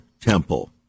temple